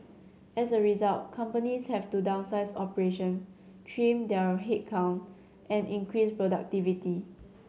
as a result companies have to downsize operation trim their headcount and increase productivity